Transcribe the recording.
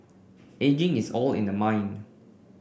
ageing is all in the mind